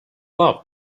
love